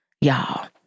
y'all